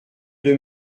deux